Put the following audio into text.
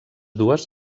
dues